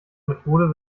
methode